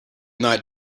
not